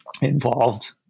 involved